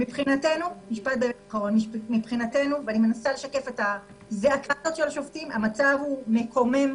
מבחינתנו ואני מנסה לשקף את הזעקה של השופטים המצב הוא מקומם,